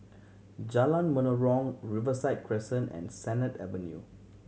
Jalan Menarong Riverside Crescent and Sennett Avenue